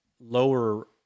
lower